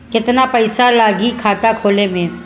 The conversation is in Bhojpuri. केतना पइसा लागी खाता खोले में?